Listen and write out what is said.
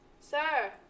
Sir